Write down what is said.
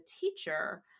teacher